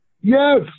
Yes